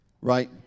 right